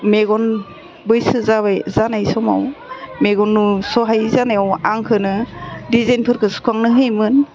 मेगन बैसो जाबाय जानाय समाव मेगन नुस'हायै जानायाव आंखौनो दिजेनफोरखौ सुखांनो होयोमोन